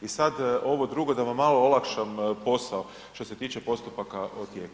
I sad ovo drugo, da vam malo olakšam posao što se tiče postupaka u tijeku.